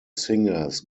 singers